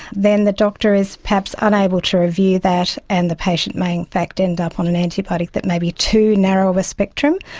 then the doctor is perhaps unable to review that and the patient may in fact end up on an antibiotic that may be too narrow of a spectrum.